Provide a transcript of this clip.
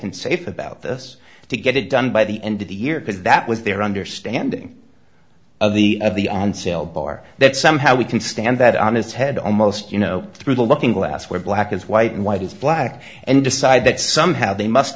and safe about this to get it done by the end of the year because that was their understanding of the of the on sale bar that somehow we can stand that on its head almost you know through the looking glass where black is white and white is black and decide that somehow they must